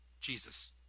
Jesus